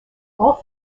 all